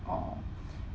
or